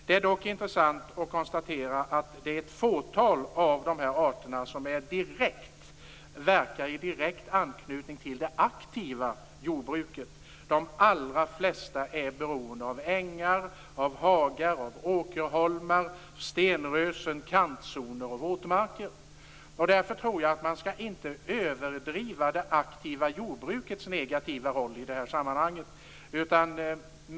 Det är dock intressant att konstatera att det är ett fåtal av de här arterna som verkar i direkt anknytning till det aktiva jordbruket. De allra flesta är beroende av ängar, hagar, åkerholmar, stenrösen, kantzoner och våtmarker. Därför tror jag att man inte skall överdriva det aktiva jordbrukets negativa roll i sammanhanget.